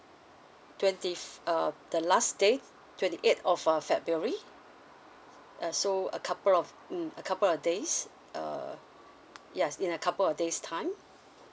twentieth uh the last day twenty eight of uh february uh so a couple of mm a couple of days uh yes in a couple of days time